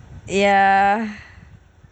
ya